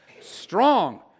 strong